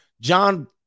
John